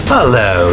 Hello